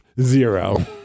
zero